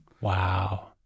Wow